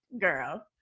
Girl